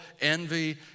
envy